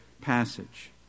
passage